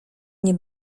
nie